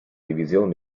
división